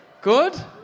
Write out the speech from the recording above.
Good